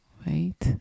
wait